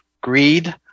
greed